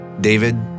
David